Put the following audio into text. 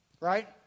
Right